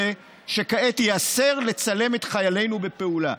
שכעת ייאסר לצלם את חיילינו בפעולה.